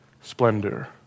splendor